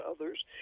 others